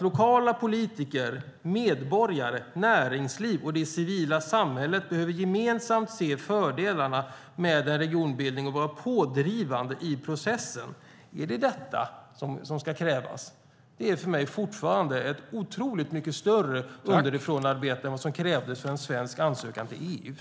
"Lokala politiker, medborgare, näringsliv och det civila samhället behöver gemensamt se fördelarna med en regionbildning och vara pådrivande i processen." Är det detta som ska krävas? Det är för mig fortfarande ett otroligt mycket större underifrånarbete än vad som krävdes för en svensk ansökan till EU.